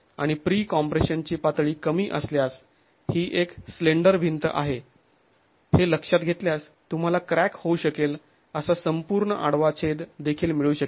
आणि pre compression ची पातळी कमी असल्यास ही एक स्लेंडर भिंत आहे हे लक्षात घेतल्यास तुम्हाला क्रॅक होऊ शकेल असा संपूर्ण आडवा छेद देखील मिळू शकेल